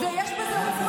אני לא שומעת.